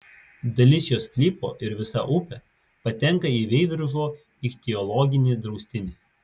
dalis jo sklypo ir visa upė patenka į veiviržo ichtiologinį draustinį